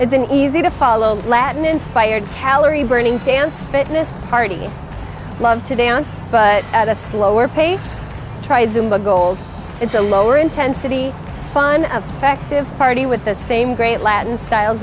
it's an easy to follow latin inspired calorie burning dance fitness party love to dance but at a slower pace tries and goals it's a lower intensity fun of affective party with the same great latin styles